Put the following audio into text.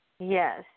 Yes